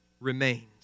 remains